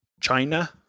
China